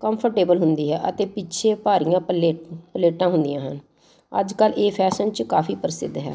comfortable ਹੁੰਦੀ ਹੈ ਅਤੇ ਪਿੱਛੇ ਭਾਰੀਆਂ ਪਲੇ ਪਲੇਟਾਂ ਹੁੰਦੀਆਂ ਹਨ ਅੱਜ ਕੱਲ੍ਹ ਇਹ ਫੈਸ਼ਨ 'ਚ ਕਾਫੀ ਪ੍ਰਸਿੱਧ ਹੈ